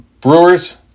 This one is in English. Brewers